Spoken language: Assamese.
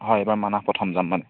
হয় এইবাৰ মানাহ প্ৰথম যাম মানে